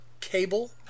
Cable